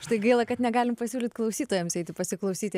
štai gaila kad negalim pasiūlyt klausytojams eiti pasiklausyti